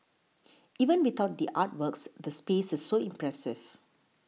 even without the artworks the space is so impressive